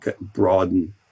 broaden